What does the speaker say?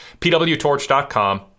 pwtorch.com